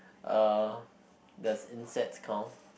uh does insects count